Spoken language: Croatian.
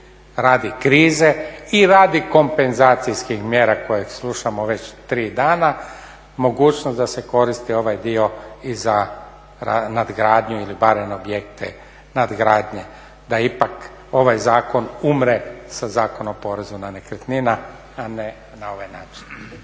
radi krize i radi kompenzacijskih mjera koje slušamo već tri dana mogućnost da se koristi ovaj dio i za nadgradnju ili barem objekte nadgradnje, da ipak ovaj zakon umre sa Zakonom o porezu na nekretnina, a ne na ovaj način.